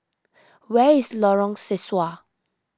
where is Lorong Sesuai